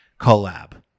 collab